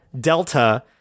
Delta